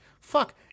Fuck